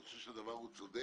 אני חושב שהדבר הוא צודק,